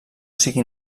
sigui